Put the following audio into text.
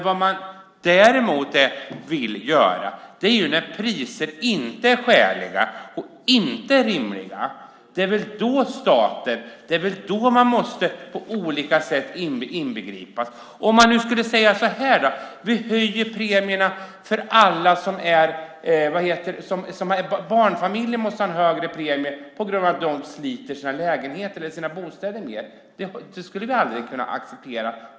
Vad man däremot måste göra är att på olika sätt ingripa när priserna inte är skäliga och rimliga. Låt oss anta att någon säger så här: Vi måste ha högre premier för barnfamiljerna på grund av att de sliter sina bostäder mer. Det skulle vi aldrig kunna acceptera.